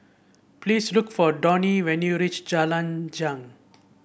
please look for Donnie when you reach Jalan Jong